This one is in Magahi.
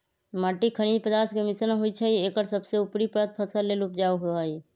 माटी खनिज पदार्थ के मिश्रण होइ छइ एकर सबसे उपरी परत फसल लेल उपजाऊ होहइ